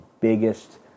biggest